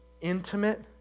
intimate